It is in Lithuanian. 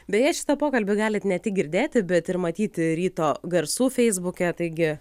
beje šitą pokalbį galit ne tik girdėti bet ir matyti ryto garsų feisbuke taigi